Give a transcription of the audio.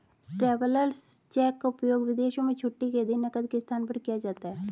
travellers cheque का उपयोग विदेशों में छुट्टी के दिन नकद के स्थान पर किया जाता है